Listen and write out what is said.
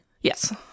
yes